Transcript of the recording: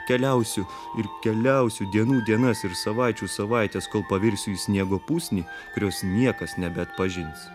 keliausiu ir keliausiu dienų dienas ir savaičių savaites kol pavirsiu į sniego pusnį kurios niekas nebeatpažins